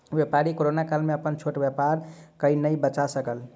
व्यापारी कोरोना काल में अपन छोट व्यापार के नै बचा सकल